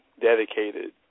dedicated